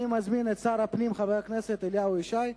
אני מזמין את שר הפנים, חבר הכנסת אליהו ישי,